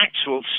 actual